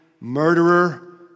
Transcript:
murderer